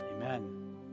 Amen